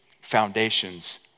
foundations